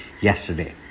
yesterday